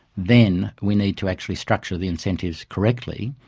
then we need to actually structure the incentives correctly,